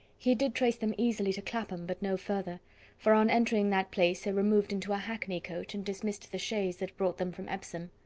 he did trace them easily to clapham, but no further for on entering that place, they removed into a hackney coach, and dismissed the chaise that brought them from epsom.